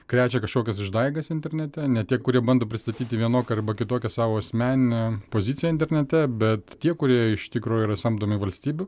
krečia kažkokias išdaigas internete ne tie kurie bando pristatyti vienokią arba kitokią savo asmeninę poziciją internete bet tie kurie iš tikro yra samdomi valstybių